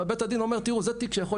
אבל בית הדין אומר תראו זה תיק שיכול